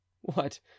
What